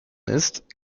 ist